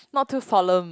not too solemn